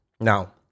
now